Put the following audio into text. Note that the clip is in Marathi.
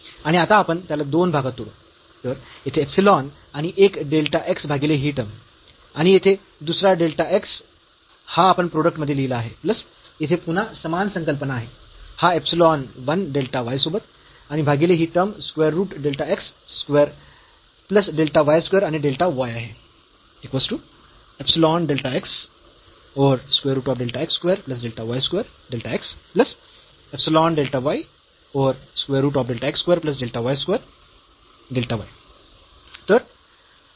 आणि आता आपण त्याला 2 भागात तोडू तर येथे इप्सिलॉन आणि एक डेल्टा x भागीले ही टर्म आणि येथे दुसरा डेल्टा x हा आपण प्रोडक्ट मध्ये लिहिला आहे प्लस येथे पुन्हा समान संकल्पना आहे हा इप्सिलॉन 1 डेल्टा y सोबत आणि भागीले ही term square root delta x square plus delta y square आणि डेल्टा y आहे